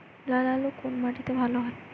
লাল আলু কোন মাটিতে ভালো হয়?